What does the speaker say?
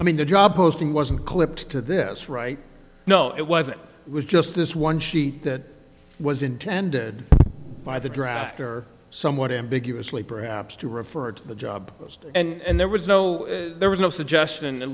mean the job posting wasn't clipped to this right no it wasn't was just this one sheet that was intended by the drafter somewhat ambiguously perhaps to refer to the job post and there was no there was no suggestion at